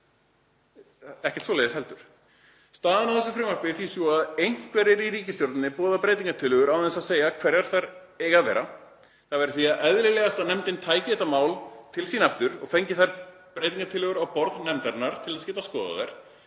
Ekkert svoleiðis. Staðan á þessu frumvarpi er því sú að einhverjir í ríkisstjórninni boða breytingartillögur án þess að segja hverjar þær eiga að vera. Það væri því eðlilegast að nefndin tæki þetta mál til sín aftur og fengi þær breytingartillögur á borð nefndarinnar til þess að geta skoðað þær,